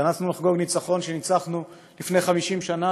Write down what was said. התכנסנו לחגוג ניצחון שניצחנו לפני 50 שנה,